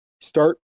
start